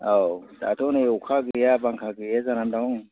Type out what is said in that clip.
औ दाथ' नै अखा गैया बांखा गैया जाना दं